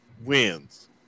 wins